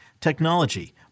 technology